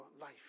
life